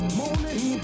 morning